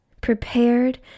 prepared